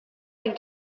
den